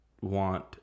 want